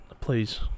please